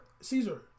Caesar